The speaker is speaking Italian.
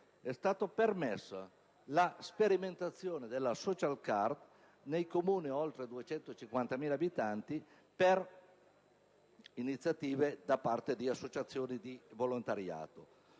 è stata permessa la sperimentazione della *social card* nei Comuni con oltre 250.000 abitanti per iniziative da parte di associazioni di volontariato.